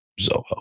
Zoho